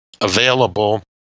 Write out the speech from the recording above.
available